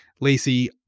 Lacey